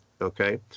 okay